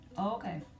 Okay